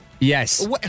Yes